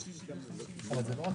אוקיי,